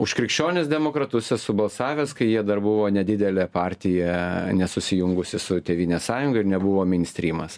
už krikščionis demokratus esu balsavęs kai jie dar buvo nedidelė partija nesusijungusi su tėvynės sąjunga ir nebuvo minstrymas